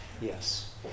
Yes